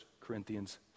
Corinthians